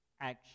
Action